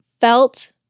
felt